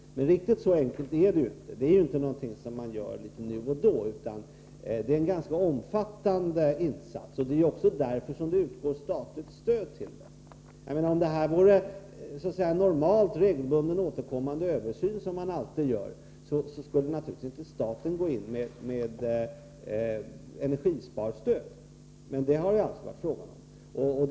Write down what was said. Riktigt så enkelt är det inte. Det är inte någonting som man gör litet nu och då. Det är en ganska omfattande insats. Det är också därför som det utgår statligt stöd. Om det här vore en normal, regelbundet återkommande översyn, skulle staten naturligtvis inte gå in med energisparstöd. Så har emellertid skett.